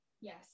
Yes